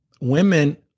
Women